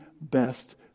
best